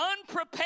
unprepared